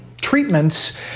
treatments